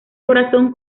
corazón